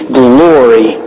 glory